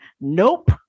Nope